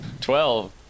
Twelve